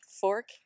fork